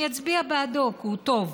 אני אצביע בעדו, כי הוא טוב,